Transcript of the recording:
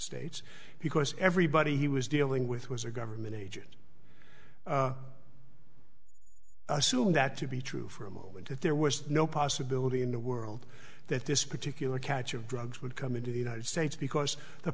states because everybody he was dealing with was a government agent assumed that to be true for a moment that there was no possibility in the world that this particular catch of drugs would come into the united states because the